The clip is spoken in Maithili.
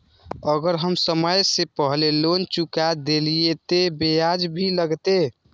अगर हम समय से पहले लोन चुका देलीय ते ब्याज भी लगते?